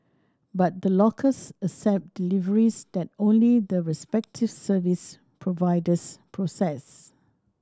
but the lockers accept deliveries that only the respective service providers process